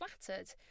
flattered